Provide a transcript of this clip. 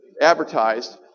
advertised